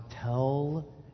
tell